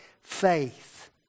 faith